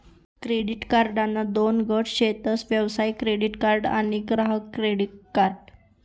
credit कार्डना दोन गट शेतस व्यवसाय क्रेडीट कार्ड आणि ग्राहक क्रेडीट कार्ड